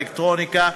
אלקטרוניקה,